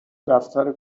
دفتر